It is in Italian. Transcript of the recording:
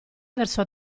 verso